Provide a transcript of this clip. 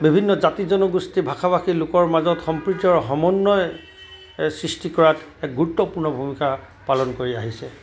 বিভিন্ন জাতি জনগোষ্ঠী ভাষা ভাষী লোকৰ মাজত সম্প্ৰীতি আৰু সমন্বয় সৃষ্টি কৰাত এক গুৰুত্বপূৰ্ণ ভূমিকা পালন কৰি আহিছে